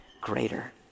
greater